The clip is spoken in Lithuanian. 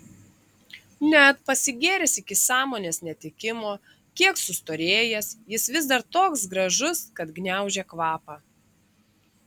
net pasigėręs iki sąmonės netekimo kiek sustorėjęs jis vis dar toks gražus kad gniaužia kvapą